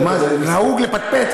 נהוג לפטפט,